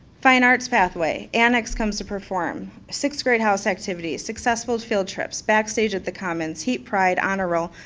fine arts pathway, annex comes to perform. sixth grade house activities, successful field trips, backstage at the commons, heat pride, honor roll,